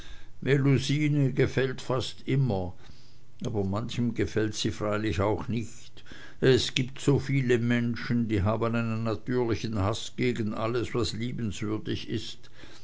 melusine gefällt fast immer aber manchem gefällt sie freilich auch nicht es gibt so viele menschen die haben einen natürlichen haß gegen alles was liebenswürdig ist